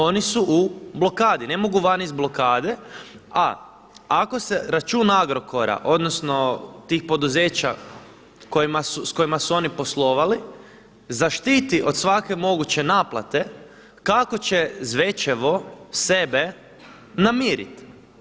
Oni su u blokadi, ne mogu van iz blokade, a ako se račun Agrokora odnosno tih poduzeća s kojima su oni poslovali zaštiti od svake moguće naplate kako će Zvečevo sebe namiriti?